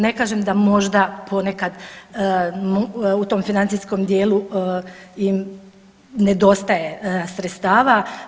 Ne kažem da možda ponekad u tom financijskom dijelu im nedostaje sredstava.